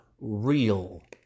real